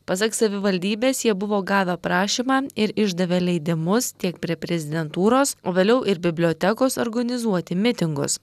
pasak savivaldybės jie buvo gavę prašymą ir išdavė leidimus tiek prie prezidentūros o vėliau ir bibliotekos organizuoti mitingus